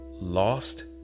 lost